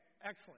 excellent